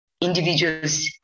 Individuals